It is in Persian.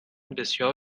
بسیار